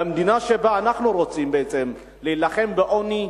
במדינה שבה אנחנו רוצים בעצם להילחם בעוני,